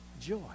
joy